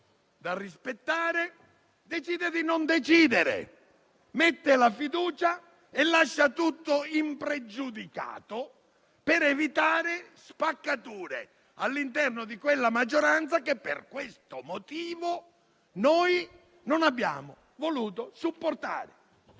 da rispettare, decide di non decidere. Mette la fiducia e lascia tutto impregiudicato, per evitare spaccature all'interno di quella maggioranza che per questo motivo noi non abbiamo voluto supportare.